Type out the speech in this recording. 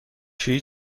شویی